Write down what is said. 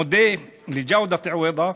מודה לג'אוודת עוויבה,